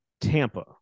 Tampa